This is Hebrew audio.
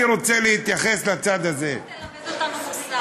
אל תלמד אותנו מוסר.